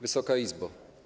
Wysoka Izbo!